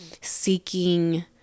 seeking